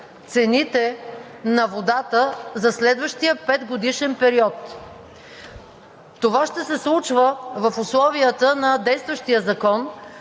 цените на водата за следващия петгодишен период. Това ще се случва в условията на действащия закон,